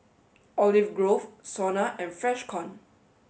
Olive Grove SONA and Freshkon